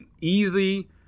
easy